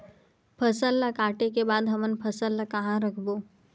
फसल ला काटे के बाद हमन फसल ल कहां रखबो?